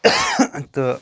تہٕ